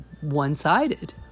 one-sided